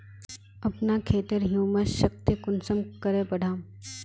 अपना खेतेर ह्यूमस शक्ति कुंसम करे बढ़ाम?